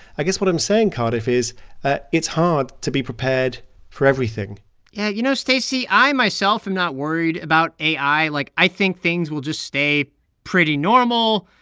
i guess what i'm saying, cardiff, is that it's hard to be prepared for everything yeah, you know, stacey, i myself am not worried about ai. like, i think things will just stay pretty normal.